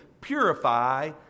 purify